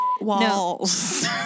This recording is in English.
walls